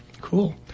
Cool